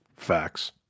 facts